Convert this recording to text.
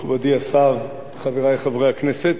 מכובדי השר, חברי חברי הכנסת,